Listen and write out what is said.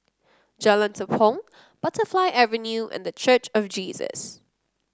Jalan Tepong Butterfly Avenue and The Church of Jesus